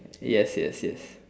yes yes yes